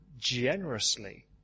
generously